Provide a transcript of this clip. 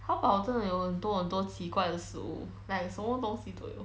淘宝真的有很多很多奇怪的食物什么东西都有